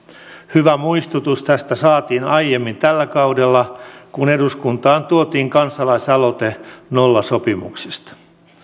hyvä muistutus tästä saatiin aiemmin tällä kaudella kun eduskuntaan tuotiin kansalaisaloite nollasopimuksista